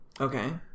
okay